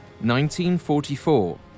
1944